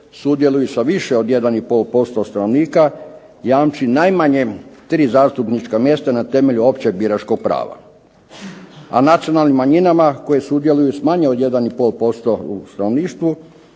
sudjeluju sa više od 1,5% stanovnika, jamči najmanje tri zastupnička mjesta na temelju općeg biračkog prava. A nacionalnim manjinama koje sudjeluju s manje od 1,5% u stanovništvu